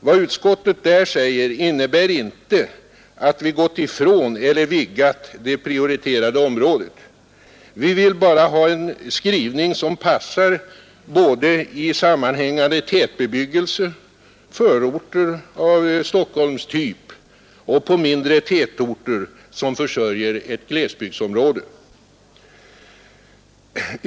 Vad utskottet där säger innebär inte att vi gått ifrån eller vidgat det prioriterade området — vi vill bara ha en skrivning som passar både i sammanhängande tätbebyggelse, förorter av Stockholmstyp och mindre tätorter som försörjer ett glesbygdsområde.